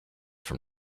from